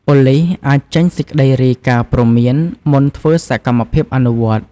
ប៉ូលិសអាចចេញសេចក្តីរាយការណ៍ព្រមាន មុនធ្វើសកម្មភាពអនុវត្ត។